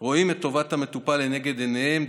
רואים את טובת המטופל לנגד עיניהם,